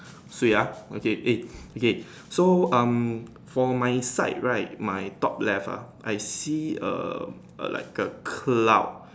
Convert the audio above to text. Swee ah okay eh okay so um for my side right my top left ah I see um a like a cloud